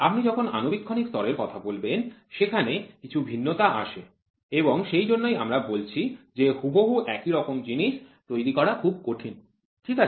আপনি যখন আণুবীক্ষণিক স্তরের কথা বলবেন সেখানে কিছু ভিন্নতা আসে এবং সেজন্যই আমরা বলছি যে হুবহু একই রকম জিনিস তৈরি করা খুবই কঠিন ঠিক আছে